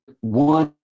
one